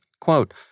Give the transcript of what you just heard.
Quote